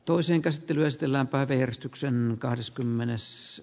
toisen käsittelyn stella päivi eristyksen kahdeskymmenes